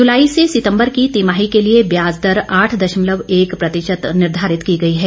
जुलाई से सितम्बर की तिमाही के लिए ब्याज दर आठ दशमलव एक प्रतिशत निर्घारित की गई है